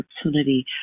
opportunity